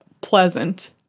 pleasant